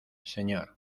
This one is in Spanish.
señor